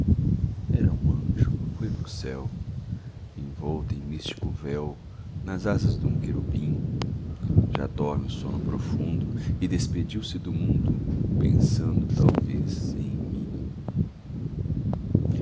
era um anjo foi pro céu envolta em místico véu nas asas dum querubim já dorme o sono profundo e despediu-se do mundo pensando talvez em mim